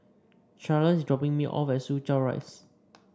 Charls is dropping me off at Soo Chow Rise